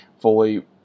fully